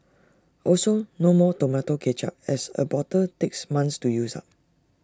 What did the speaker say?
also no more Tomato Ketchup as A bottle takes months to use up